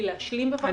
אני